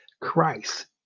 Christ